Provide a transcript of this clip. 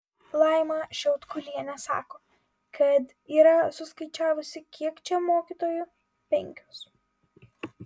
laima šiaudkulienė sako kad yra suskaičiavusi kiek čia mokytojų penkios